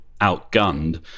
outgunned